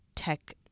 tech